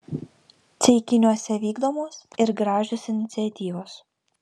ceikiniuose vykdomos ir gražios iniciatyvos